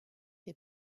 des